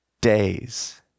days